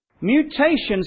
Mutations